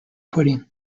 pudding